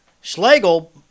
Schlegel